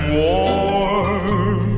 warm